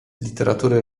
literatury